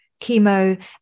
chemo